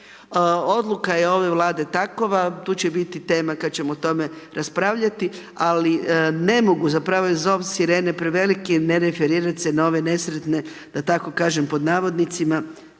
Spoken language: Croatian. Odluka je ove Vlade takova. Tu će biti tema kada ćemo o tome raspravljati. Ali ne mogu zapravo, jer je zov sirene preveliki, ne referirati se na ove nesretne da tako kažem pod navodnicima